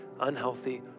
unhealthy